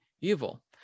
evil